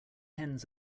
hens